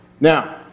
Now